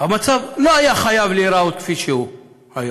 המצב לא היה חייב להיראות כפי שהוא היום.